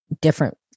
different